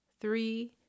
three